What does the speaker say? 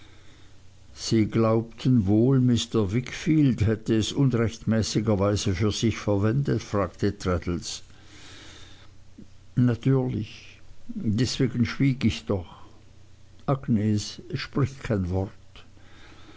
sie glaubten wohl mr wickfield hätte es unrechtmäßigerweise für sich verwendet fragte traddles natürlich deswegen schwieg ich doch agnes sprich kein wort